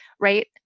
right